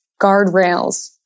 guardrails